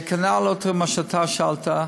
כנ"ל מה שאתה שאלת,